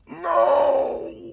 No